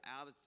out